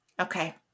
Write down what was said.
Okay